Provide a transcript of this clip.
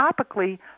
topically